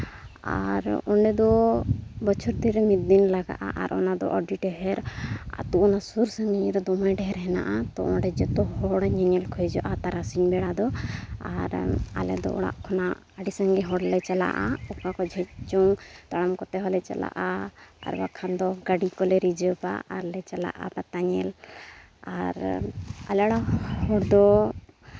ᱟᱨ ᱚᱸᱰᱮ ᱫᱚ ᱵᱚᱪᱷᱚᱨ ᱫᱤᱱ ᱨᱮ ᱢᱤᱫ ᱫᱤᱱ ᱞᱟᱜᱟᱜᱼᱟ ᱟᱨ ᱚᱱᱟᱫᱚ ᱟᱹᱰᱤ ᱰᱷᱮᱹᱨ ᱟᱛᱳ ᱚᱱᱟ ᱥᱩᱨ ᱥᱟᱺᱜᱤᱧ ᱨᱮ ᱫᱚᱢᱮ ᱰᱷᱮᱹᱨ ᱦᱮᱱᱟᱜᱼᱟ ᱛᱳ ᱚᱸᱰᱮ ᱡᱚᱛᱚ ᱦᱚᱲ ᱧᱮᱧᱮᱞ ᱠᱚ ᱦᱤᱡᱩᱜᱼᱟ ᱛᱟᱨᱟᱥᱤᱧ ᱵᱮᱲᱟ ᱫᱚ ᱟᱨ ᱟᱞᱮ ᱫᱚ ᱚᱲᱟᱜ ᱠᱷᱚᱱᱟᱜ ᱟᱹᱰᱤ ᱥᱟᱸᱜᱮ ᱦᱚᱲᱞᱮ ᱪᱟᱞᱟᱜᱼᱟ ᱚᱠᱟ ᱠᱚ ᱡᱚᱦᱚᱜ ᱪᱚᱝ ᱛᱟᱲᱟᱢ ᱠᱚᱛᱮ ᱦᱚᱸᱞᱮ ᱪᱟᱞᱟᱜᱼᱟ ᱟᱨ ᱵᱟᱠᱷᱟᱱ ᱫᱚ ᱜᱟᱹᱰᱤ ᱠᱚᱞᱮ ᱨᱤᱡᱟᱹᱵᱟ ᱟᱨᱞᱮ ᱪᱟᱞᱟᱜᱼᱟ ᱯᱟᱛᱟ ᱧᱮᱞ ᱟᱨ ᱟᱞᱮ ᱚᱲᱟᱜ ᱦᱚᱲ ᱫᱚ